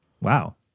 Wow